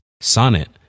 Sonnet